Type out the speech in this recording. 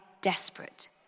desperate